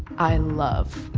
i love.